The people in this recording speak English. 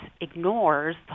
ignores